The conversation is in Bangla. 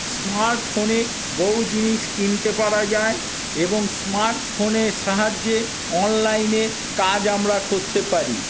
স্মার্ট ফোনে বহু জিনিস কিনতে পারা যায় এবং স্মার্ট ফোনের সাহায্যে অনলাইনে কাজ আমরা করতে পারি